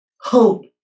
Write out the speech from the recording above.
hope